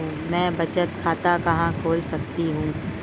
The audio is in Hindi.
मैं बचत खाता कहां खोल सकती हूँ?